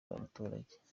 n’abaturage